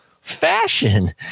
fashion